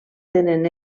tenen